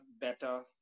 better